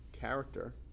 character